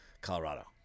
Colorado